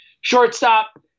shortstop